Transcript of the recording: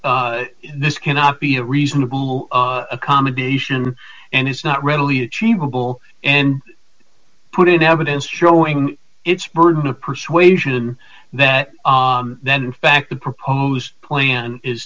this cannot be a reasonable accommodation and is not readily achievable and put in evidence showing its burden of persuasion that that in fact the proposed plan is